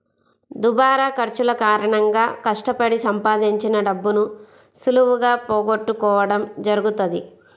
దుబారా ఖర్చుల కారణంగా కష్టపడి సంపాదించిన డబ్బును సులువుగా పోగొట్టుకోడం జరుగుతది